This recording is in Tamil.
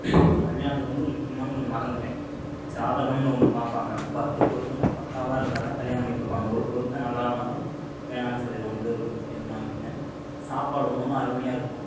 கல்யாணத்துக்கு வந்து முக்கியமான ஒன்று மறந்துவிட்டேன் ஜாதகம்னு ஒன்று பார்ப்பாங்க பத்து பொருத்தமும் பக்காவாக இருந்தால்தான் கல்யாணம் பண்ணி கொடுப்பாங்க ஒரு பொருத்தம் நல்லா இல்லைன்னாலும் வேணாம்னு சொல்லிடுவாங்க இது ஒரு இது மறந்துவிட்டேன் சாப்பாடு ஒன்று ஒன்றும் அருமையாக இருக்கணும்